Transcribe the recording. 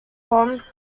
bond